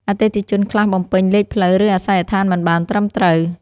អតិថិជនខ្លះបំពេញលេខផ្លូវ ឬអាសយដ្ឋានមិនបានត្រឹមត្រូវ។